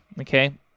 okay